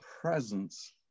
presence